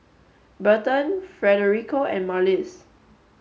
Berton Federico and Marlys